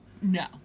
No